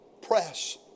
press